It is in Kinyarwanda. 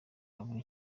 ava